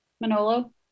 Manolo